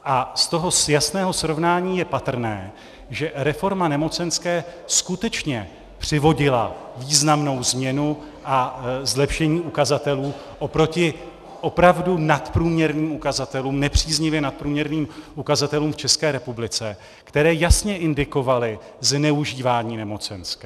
A z toho jasného srovnání je patrné, že reforma nemocenské skutečně přivodila významnou změnu a zlepšení ukazatelů oproti opravdu nadprůměrným ukazatelům, nepříznivě nadprůměrným ukazatelům v České republice, které jasně indikovaly zneužívání nemocenské.